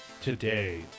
Today